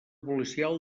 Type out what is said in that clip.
policial